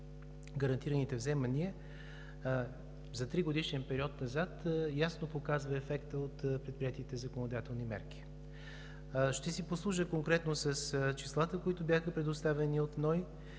гарантираните вземания за тригодишен период назад, ясно показва ефекта от предприетите законодателни мерки. Ще си послужа конкретно с числата, които бяха предоставени от НОИ.